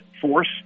force